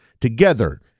together